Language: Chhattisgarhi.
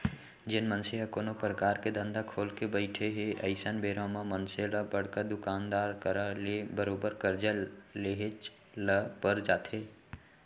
जेन मनसे ह कोनो परकार के धंधा खोलके बइठे हे अइसन बेरा म मनसे ल बड़का दुकानदार करा ले बरोबर करजा लेहेच ल पर जाथे